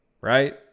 right